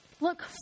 Look